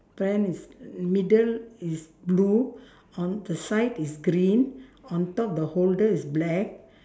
pram is middle is blue on the side is green on top the holder is black